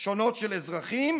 שונות של אזרחים,